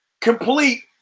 complete